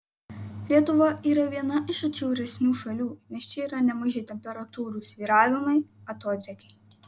lietuva yra viena iš atšiauresnių šalių nes čia yra nemaži temperatūrų svyravimai atodrėkiai